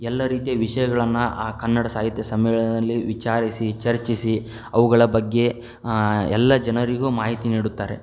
ಎಲ್ಲ ರೀತಿಯ ವಿಷಯಗಳನ್ನು ಆ ಕನ್ನಡ ಸಾಹಿತ್ಯ ಸಮ್ಮೇಳನದಲ್ಲಿ ವಿಚಾರಿಸಿ ಚರ್ಚಿಸಿ ಅವುಗಳ ಬಗ್ಗೆ ಎಲ್ಲ ಜನರಿಗೂ ಮಾಹಿತಿ ನೀಡುತ್ತಾರೆ